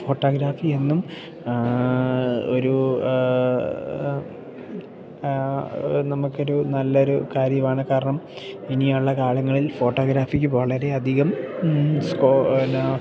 photography എന്നും ഒരു നമുക്കൊരു നല്ലൊരു കാര്യമാണ് കാരണം ഇനി ഉള്ള കാലങ്ങളിൽ ഫോട്ടോഗ്രാഫിക്ക് വളരെയധികം സ്കോ പിന്നെ